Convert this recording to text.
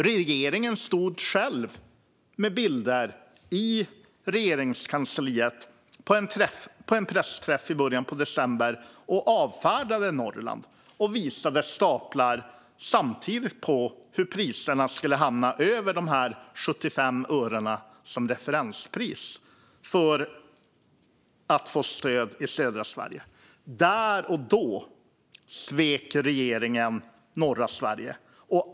Regeringen stod på en pressträff i Regeringskansliet i början av december och avfärdade Norrland. Man visade då stapeldiagram över hur priserna skulle hamna över de 75 öre som anges som referenspris för att få stöd i södra Sverige. Där och då svek regeringen norra Sverige.